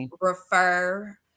refer